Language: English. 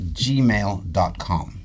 gmail.com